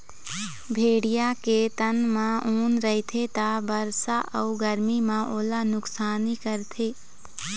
भेड़िया के तन म ऊन रहिथे त बरसा अउ गरमी म ओला नुकसानी करथे